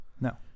No